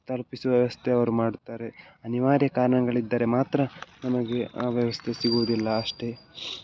ತಲುಪಿಸುವ ವ್ಯವಸ್ಥೆ ಅವರು ಮಾಡುತ್ತಾರೆ ಅನಿವಾರ್ಯ ಕಾರಣಗಳಿದ್ದರೆ ಮಾತ್ರ ನಮಗೆ ಆ ವ್ಯವಸ್ಥೆ ಸಿಗುವುದಿಲ್ಲ ಅಷ್ಟೇ